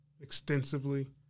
extensively